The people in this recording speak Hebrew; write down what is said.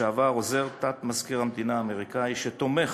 לשעבר עוזר תת-מזכיר המדינה האמריקני, שתומך